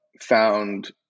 found